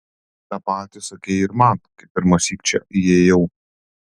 tą patį sakei ir man kai pirmąsyk čia įėjau